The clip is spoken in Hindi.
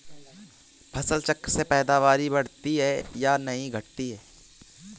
फसल चक्र से पैदावारी बढ़ती है या घटती है?